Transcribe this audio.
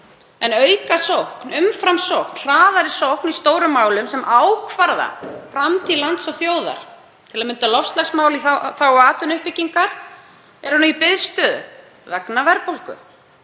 en aukasókn, umframsókn, hraðari sókn í stórum málum sem ákvarða framtíð lands og þjóðar, til að mynda loftslagsmál í þágu atvinnuuppbyggingar, eru nú í biðstöðu vegna verðbólgu.